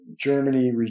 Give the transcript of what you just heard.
Germany